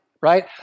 right